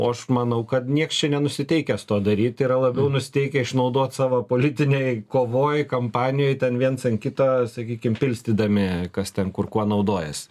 o aš manau kad nieks čia nenusiteikęs to daryti yra labiau nusiteikę išnaudot savo politinėj kovoj kampanijoj ten viens ant kito sakykim pilstydami kas ten kur kuo naudojasi